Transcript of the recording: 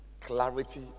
clarity